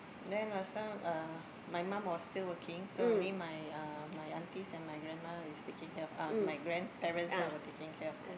then last time uh my mum was still working so only my uh my aunties and my grandma is taking care of uh my grandparents ah were taking care of us